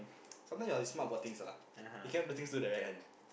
sometimes you have to smart about things lah you cannot do things do the right hand